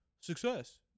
success